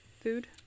food